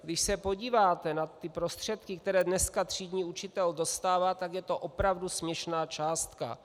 Když se podíváte na ty prostředky, které dneska třídní učitel dostává, tak je to opravdu směšná částka.